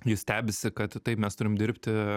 jis stebisi kad taip mes turim dirbti